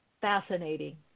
fascinating